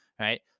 Right